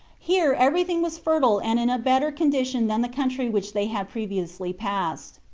here everything was fertile and in a better condition than the country which they had previously passed.